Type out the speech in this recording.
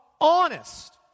Honest